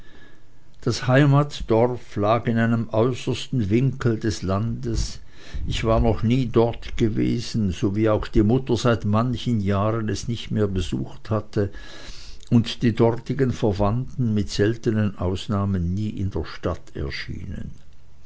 das heimatdorf lag in einem äußersten winkel des landes ich war noch nie dort gewesen so wie auch die mutter seit manchen jahren es nicht mehr besucht hatte und die dortigen verwandten mit seltenen ausnahmen nie in der stadt erschienen